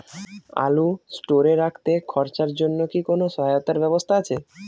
আলু স্টোরে রাখতে খরচার জন্যকি কোন সহায়তার ব্যবস্থা আছে?